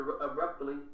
abruptly